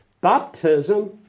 Baptism